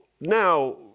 now